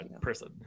person